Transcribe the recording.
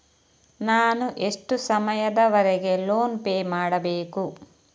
ನಾನು ಎಷ್ಟು ಸಮಯದವರೆಗೆ ಲೋನ್ ಪೇ ಮಾಡಬೇಕು?